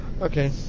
Okay